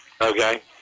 Okay